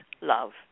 love